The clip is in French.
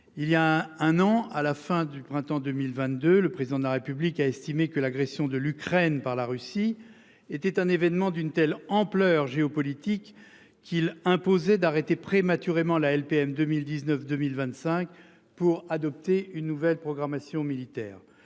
Il y a un an à la fin du printemps 2022, le président de la République a estimé que l'agression de l'Ukraine par la Russie était un événement d'une telle ampleur géopolitique qui imposait d'arrêter prématurément la LPM 2019 2025 pour adopter une nouvelle programmation militaire